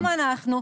גם אנחנו.